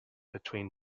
between